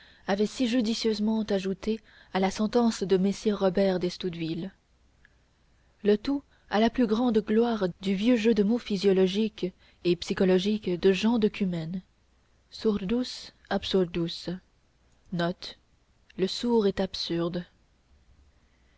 avait si judicieusement ajoutée à la sentence de messire robert d'estouteville le tout à la plus grande gloire du vieux jeu de mots physiologique et psychologique de jean de cumène surdus absurdus